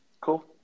Cool